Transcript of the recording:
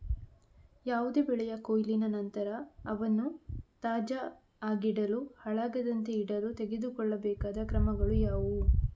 ಯಾವುದೇ ಬೆಳೆಯ ಕೊಯ್ಲಿನ ನಂತರ ಅವನ್ನು ತಾಜಾ ಆಗಿಡಲು, ಹಾಳಾಗದಂತೆ ಇಡಲು ತೆಗೆದುಕೊಳ್ಳಬೇಕಾದ ಕ್ರಮಗಳು ಯಾವುವು?